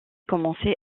commencé